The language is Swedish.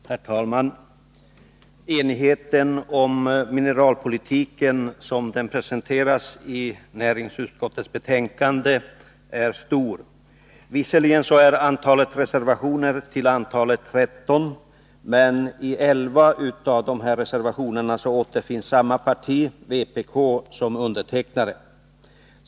Herr talman! Enigheten om mineralpolitiken som den presenteras i näringsutskottets betänkande är stor. Visserligen är reservationerna till antalet tretton, men i elva av dem återfinns samma parti, vpk, som undertecknare.